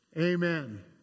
Amen